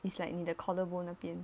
it's likely 你的 collar bone 那边